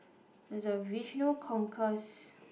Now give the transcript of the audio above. there's a vision conquest